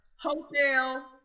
hotel